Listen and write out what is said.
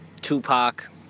Tupac